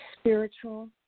spiritual